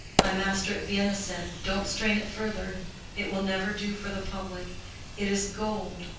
my master at vienna said, don't strain it further it will never do for the public it is gold,